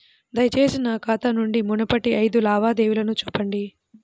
దయచేసి నా ఖాతా నుండి మునుపటి ఐదు లావాదేవీలను చూపండి